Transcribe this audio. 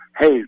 Hey